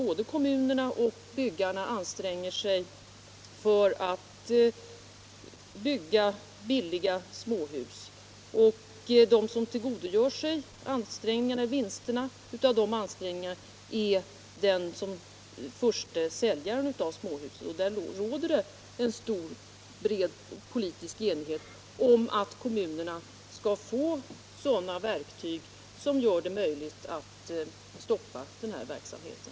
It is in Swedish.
Både kommunerna och byggarna anstränger sig för att bygga billiga småhus, men den som tillgodogör sig vinsterna av deras ansträngningar är den förste säljaren av resp. småhus. Det råder dock som sagt stor politisk enighet om att kommunerna bör erhålla verktyg som gör det möjligt att stoppa den spekulationen.